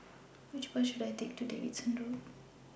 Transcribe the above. Which Bus should I Take to Davidson Road